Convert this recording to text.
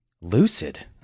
Lucid